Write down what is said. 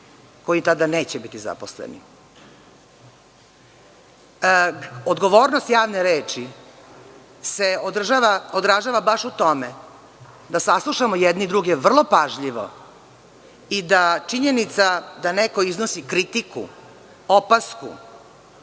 koji tada neće biti zaposleni. Odgovornost javne reči se odražava baš u tome, da saslušamo jedni druge vrlo pažljivo i da činjenica da neko iznosi kritiku, opasku,